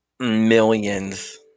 Millions